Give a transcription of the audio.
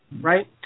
Right